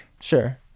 Sure